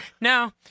No